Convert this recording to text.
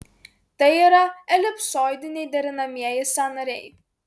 tai yra elipsoidiniai derinamieji sąnariai